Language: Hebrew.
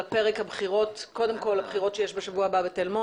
על הפרק קודם כול הבחירות שיש בשבוע הבא בתל מונד,